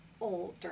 older